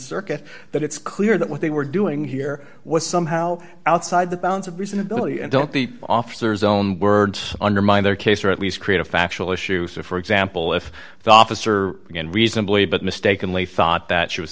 circuit that it's clear that what they were doing here was somehow outside the bounds of reason ability and don't be on officers own words undermine their case or at least create a factual issue so for example if the officer can reasonably but mistakenly thought that she was